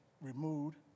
removed